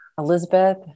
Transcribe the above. Elizabeth